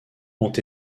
ont